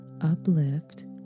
uplift